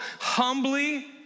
humbly